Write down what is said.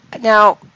Now